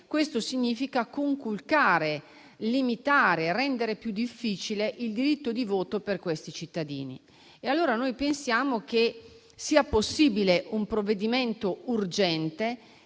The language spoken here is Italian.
questo significa conculcare, limitare e rendere più difficile il diritto di voto per questi cittadini. Noi pensiamo che sia possibile un provvedimento urgente